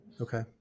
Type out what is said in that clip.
Okay